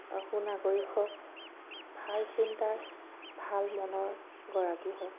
সুনাগৰিক হওক ভাল চিন্তাৰ ভাল মনৰ গৰাকী হওক